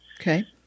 Okay